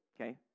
okay